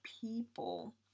people